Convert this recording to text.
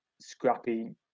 scrappy